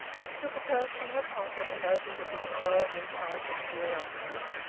she took a purse from her pocket, and opened it with a show of impartial curiosity.